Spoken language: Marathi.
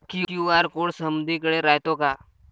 क्यू.आर कोड समदीकडे रायतो का?